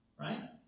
right